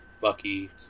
Bucky